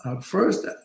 First